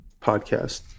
podcast